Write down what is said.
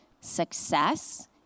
success